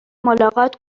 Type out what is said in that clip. ملاقات